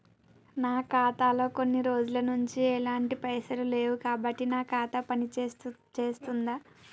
నా ఖాతా లో కొన్ని రోజుల నుంచి ఎలాంటి పైసలు లేవు కాబట్టి నా ఖాతా పని చేస్తుందా?